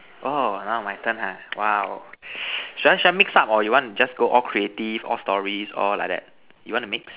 oh now my turn ha !wow! should I should I mix up or you want just go all creative all stories all like that you want to mix